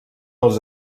els